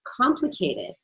complicated